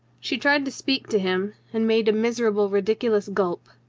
she tried to speak to him, and made a miserable ridiculous gulp.